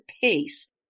pace